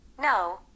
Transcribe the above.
No